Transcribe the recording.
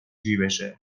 جیبشه